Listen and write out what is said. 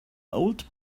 old